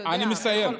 אתה יודע,